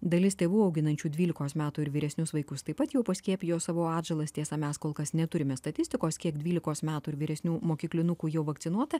dalis tėvų auginančių dvylikos metų ir vyresnius vaikus taip pat jau paskiepijo savo atžalas tiesa mes kol kas neturime statistikos kiek dvylikos metų ir vyresnių mokyklinukų jau vakcinuota